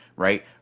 Right